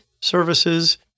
services